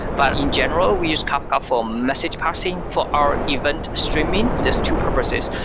but in general, we use kafka for message parsing for our event streaming. just two purposes.